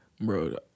bro